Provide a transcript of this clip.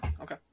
Okay